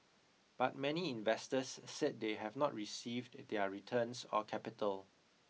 but many investors said they have not received their returns or capital